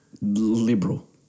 Liberal